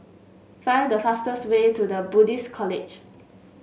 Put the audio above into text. find the fastest way to The Buddhist College